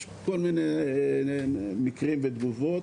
יש כל מיני מקרים ותגובות.